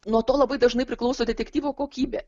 nuo to labai dažnai priklauso detektyvo kokybė